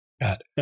god